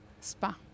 Spa